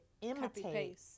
imitate